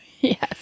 Yes